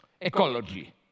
ecology